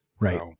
Right